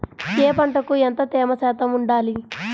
ఏ పంటకు ఎంత తేమ శాతం ఉండాలి?